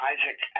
Isaac